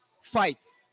fights